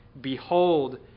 Behold